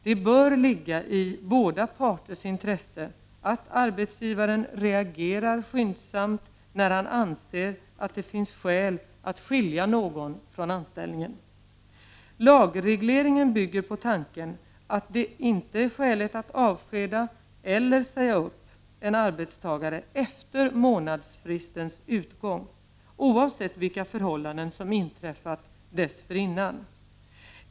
Det bör ligga i båda parters intresse att arbetsgivaren reagerar skyndsamt när han anser att det finns skäl att skilja någon från anställningen. Lagregleringen bygger på tanken att det inte är skäligt att avskeda eller säga upp en arbetstagare efter månadsfristens utgång, oavsett vilka förhållanden som inträffat dessförinnan.